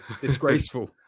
Disgraceful